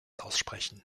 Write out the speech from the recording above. aussprechen